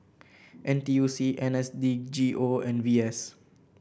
N T U C N S D G O and V S